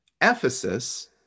Ephesus